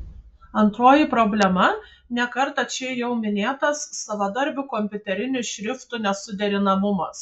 antroji problema ne kartą čia jau minėtas savadarbių kompiuterinių šriftų nesuderinamumas